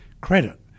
credit